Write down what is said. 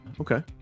okay